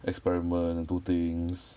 experiment and do things